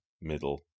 middle